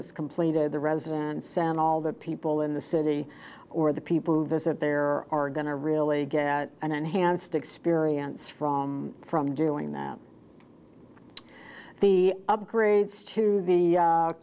it's completed the residents and all the people in the city or the people who visit there are going to really get an enhanced experience from from doing that the upgrades to the